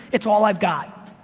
it's all i've got.